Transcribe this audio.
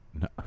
No